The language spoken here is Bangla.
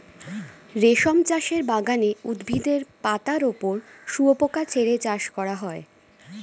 রেশম চাষের বাগানে উদ্ভিদের পাতার ওপর শুয়োপোকা ছেড়ে চাষ করা হয়